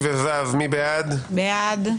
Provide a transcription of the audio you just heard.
בעד,